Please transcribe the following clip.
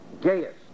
Gaius